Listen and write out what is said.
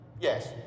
yes